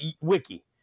wiki